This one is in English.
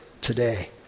today